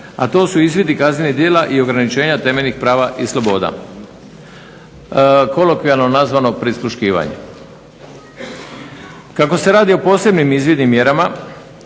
a to su izvidi kaznenih djela i ograničenja temeljnih prava i sloboda, kolokvijalno nazvano prisluškivanje. Kako se radi o posebnim izvidnim mjerama